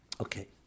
Okay